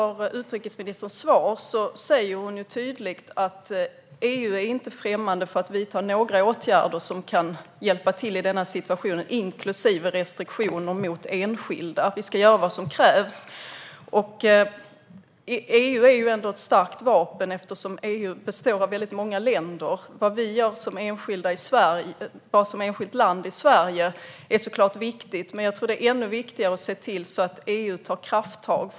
Utrikesministern säger tydligt i sitt svar att EU inte är främmande för att vidta åtgärder som kan hjälpa till i denna situation, inklusive restriktioner mot enskilda. Vi ska göra vad som krävs. EU är ändå ett starkt vapen eftersom EU består av väldigt många länder. Vad Sverige gör som enskilt land är såklart viktigt. Men det är ännu viktigare att se till att EU tar krafttag.